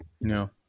No